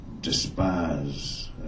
despise